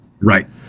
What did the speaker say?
Right